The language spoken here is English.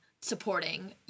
supporting